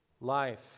life